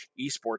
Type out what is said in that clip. esports